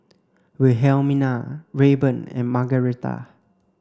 Wilhelmina Rayburn and Margaretta